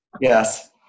yes